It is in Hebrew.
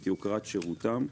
את יוקרת שירותם".